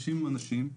50 אנשים,